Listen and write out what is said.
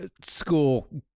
school